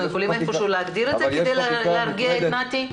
אנחנו יכולים להגדיר את זה כדי להרגיע את נתי?